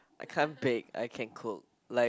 I can't bake I can cook like